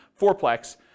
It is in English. fourplex